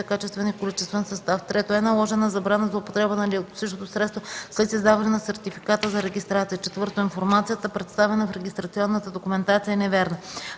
качествен и количествен състав; 3. е наложена забрана за употребата на диагностичното средство след издаване на сертификата за регистрация; 4. информацията, представена в регистрационната документация, е невярна.